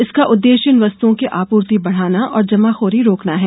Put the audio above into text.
इसका उद्देश्य इन वस्तुओं की आपूर्ति बढाना और जमाखोरी रोकना है